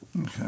Okay